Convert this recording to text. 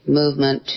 movement